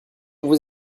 vous